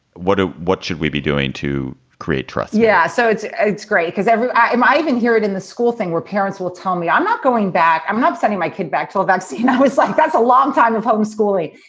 what ah what should we be doing to create trust? yeah, so it's ah it's great because every time i even hear it in the school thing where parents will tell me i'm not going back, i'm not sending my kid back to a vaccine, you know like that's a long time of home schooling.